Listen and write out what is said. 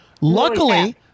luckily